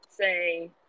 say